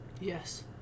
Yes